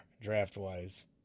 draft-wise